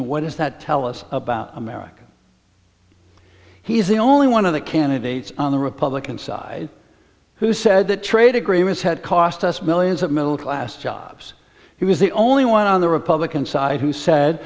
and what does that tell us about america he is the only one of the candidates on the republican side who said that trade agreements had cost us millions of middle class jobs he was the only one on the republican side who said